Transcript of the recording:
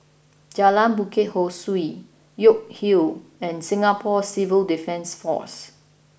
Jalan Bukit Ho Swee York Hill and Singapore Civil Defence Force